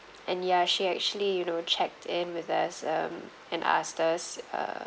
and ya she actually you know checked in with us um and asked us uh